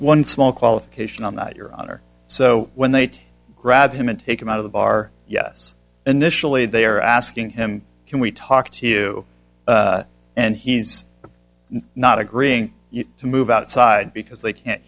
one small qualification on that your honor so when they grab him and take him out of the bar yes initially they are asking him can we talk to you and he's not agreeing to move outside because they can't